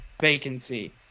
vacancy